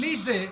בלי זה,